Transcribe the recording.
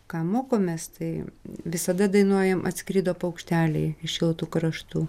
ką mokomės tai visada dainuojam atskrido paukšteliai iš šiltų kraštų